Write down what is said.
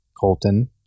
Colton